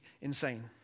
insane